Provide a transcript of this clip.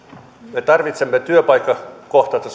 me tarvitsemme työpaikkakohtaista